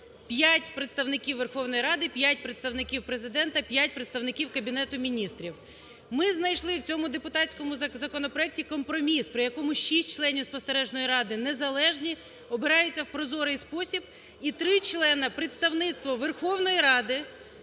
п'ять представників Верховної Ради, п'ять представників Президента, п'ять представників Кабінету Міністрів. Ми знайшли в цьому депутатському законопроекті компроміс, по якому шість члені Спостережної ради незалежні обираються в прозорий спосіб і три члена – представництво Верховної Ради,